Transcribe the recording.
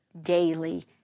daily